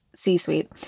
C-suite